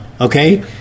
Okay